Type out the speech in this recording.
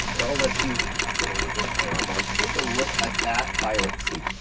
i'll let you get over this way armand. take a look at that pilot seat.